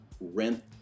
rent